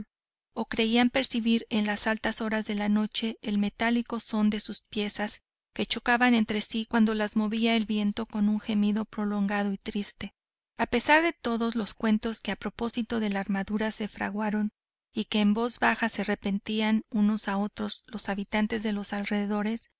o creían percibir en las altas horas de la noche el metálico son de sus piezas que chocaban entre si cuando las movía el viento con un gemido prolongado y triste a pesar de todos los cuentos que a propósito de la armadura se fraguaron y que en voz baja se repetían unos a otros los habitantes de los alrededores